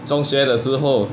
中学的时候